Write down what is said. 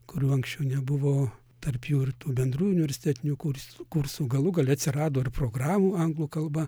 kurių anksčiau nebuvo tarp jų ir tų bendrųjų universitetinių kurs kursų galų gale atsirado ir programų anglų kalba